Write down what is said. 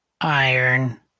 iron